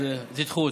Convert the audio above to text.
אז תדחו אותה.